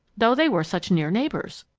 though they were such near neighbors.